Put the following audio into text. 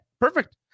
Perfect